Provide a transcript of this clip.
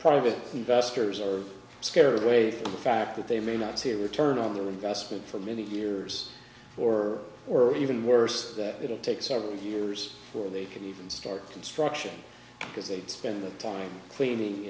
private investors are scared away from the fact that they may not see a return on their investment for many years or or even worse that it'll take several years before they can even start construction because they'd spend their time cleaning